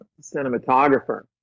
cinematographer